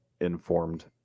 informed